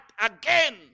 again